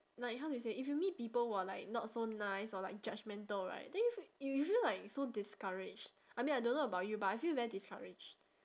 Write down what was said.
like how do you say if you meet people who are like not so nice or like judgemental right then you f~ you feel like so discouraged I mean I don't know about you but I feel very discouraged